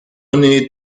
need